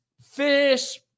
fish